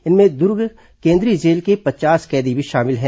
इनमें दुर्ग केंद्रीय जेल के पचास कैदी भी शामिल हैं